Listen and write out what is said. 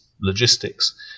logistics